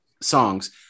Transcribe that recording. songs